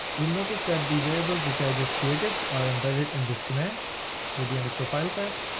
you'll notice that the variables, which i just created are embedded in this command with the underscore file path,